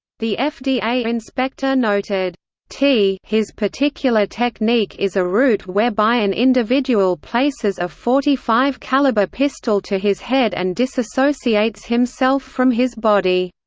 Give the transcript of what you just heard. the fda inspector noted t his particular technique is a route whereby an individual places a forty five caliber pistol to his head and disassociates himself from his body.